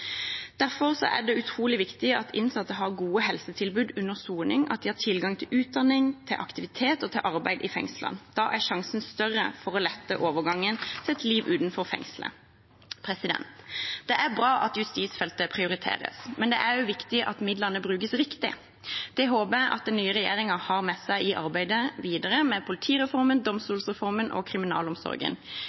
Derfor er det utrolig viktig at innsatte har gode helsetilbud under soning, og at de har tilgang til utdanning, aktivitet og arbeid i fengslene. Da er sjansen større for å lette overgangen til et liv utenfor fengselet. Det er bra at justisfeltet prioriteres, men det er også viktig at midlene brukes riktig. Det håper jeg den nye regjeringen har med seg i arbeidet videre med politireformen, domstolsreformen og kriminalomsorgen.